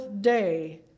day